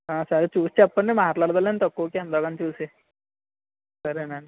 సరే చూసి చెప్పండి మాట్లాడదాములేండి తక్కువకి ఎంతోకంత చూసి సరేనండి